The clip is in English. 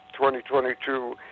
2022